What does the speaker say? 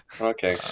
Okay